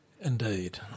Indeed